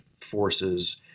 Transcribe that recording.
forces